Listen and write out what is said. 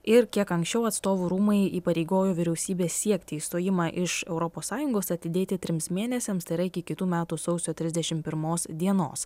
ir kiek anksčiau atstovų rūmai įpareigojo vyriausybę siekti išstojimą iš europos sąjungos atidėti trims mėnesiams tai yra iki kitų metų sausio trisdešim pirmos dienos